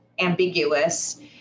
ambiguous